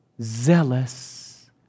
zealous